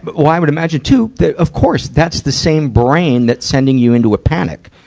but well, i would imagine, too, that, of course, that's the same brain that's sending you into a panic.